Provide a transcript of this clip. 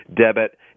debit